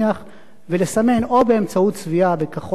ולסמן או באמצעות צביעה בכחול לסירוגין,